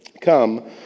come